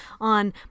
on